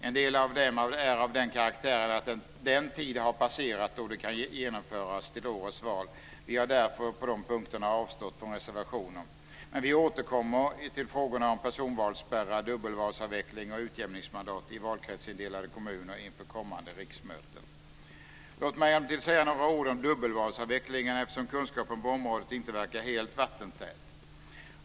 En del av dessa förslag är av den karaktären att det är för sent att genomföra dem till årets val. Vi har därför avstått från reservationer på de punkterna. Vi återkommer till frågorna om personvalsspärrar, dubbelvalsavveckling och utjämningsmandat i valkretsindelade kommuner kommande riksmöten. Låt mig emellertid säga några ord om dubbelvalsavvecklingen, eftersom kunskapen på området inte verkar helt vattentät.